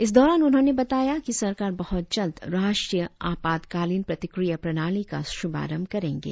इस दौरान उन्होंने बताया कि सरकार बहुत जल्द राष्ट्रीय आपातकालिन प्रतिक्रिया प्रणाली का श्रभारंभ करेंगे